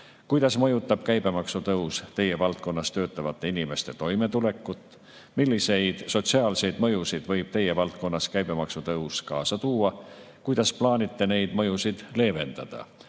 Kuidas mõjutab käibemaksu tõus teie valdkonnas töötavate inimeste toimetulekut? Milliseid sotsiaalseid mõjusid võib teie valdkonnas käibemaksu tõus kaasa tuua? Kuidas plaanite neid mõjusid leevendada?